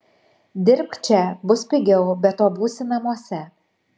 dirbk čia bus pigiau be to būsi namuose